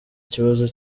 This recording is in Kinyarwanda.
ikibazo